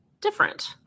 different